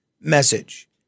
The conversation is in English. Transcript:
message